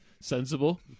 Sensible